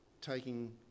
taking